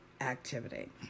activity